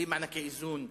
בלי מענקי איזון כמעט,